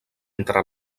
entre